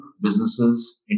businesses